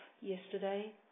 yesterday